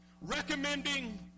recommending